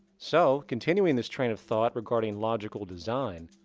so, continuing this train of thought regarding logical design,